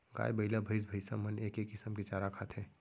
गाय, बइला, भईंस भईंसा मन एके किसम के चारा खाथें